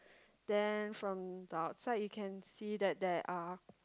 then from the outside you can see that there are